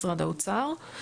משרד האוצר,